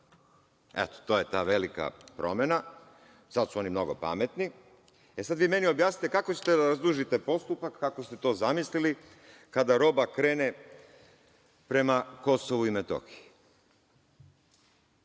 Eto, to je ta velika promena. Sad su oni mnogo pametni. Sad vi meni objasnite kako ćete da razdužite postupak, kako ste to zamislili, kada roba krene prema Kosovu i Metohiji?